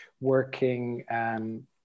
working